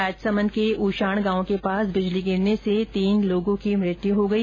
राजसमंद के उषाण गांव के पास बिजली गिरने से तीन लोगों की मौत हो गई